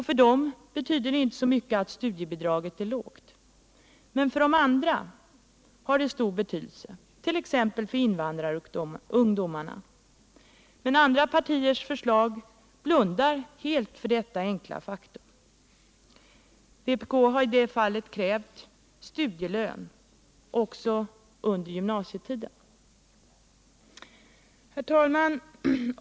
För dem betyder det inte så mycket att studiebidraget är lågt men för andra har det stor betydelse, t.ex. för invandrarungdomarna. Men andra partier blundar i sina förslag helt för detta enkla faktum. Vpk har i det fallet krävt studielön, också under gymnasietiden. Herr talman!